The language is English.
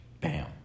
Bam